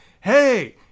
hey